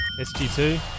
SG2